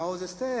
מעוז-אסתר,